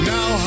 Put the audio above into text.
Now